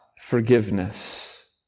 forgiveness